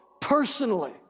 personally